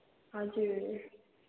हजुर